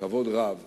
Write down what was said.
כבוד רב